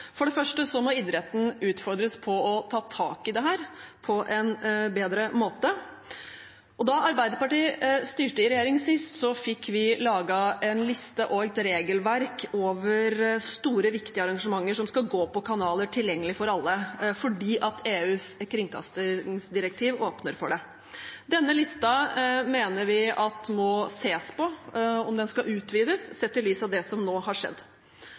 For det første må idretten utfordres på å ta tak i dette på en bedre måte. Da Arbeiderpartiet styrte i regjering sist, fikk vi laget en liste og et regelverk over store, viktige arrangementer som skulle gå på kanaler tilgjengelig for alle, fordi EUs kringkastingsdirektiv åpner for det. Denne listen mener vi må ses på, om den skal utvides, sett i lys av det som nå har skjedd.